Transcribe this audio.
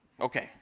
okay